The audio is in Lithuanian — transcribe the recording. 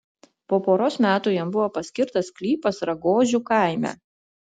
po poros metų jam buvo paskirtas sklypas ragožių kaime